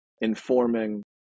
informing